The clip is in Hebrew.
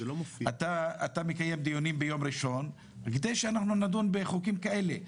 אתה מקיים דיונים ביום ראשון בכדי שנדון בהצעות חוק כאלה.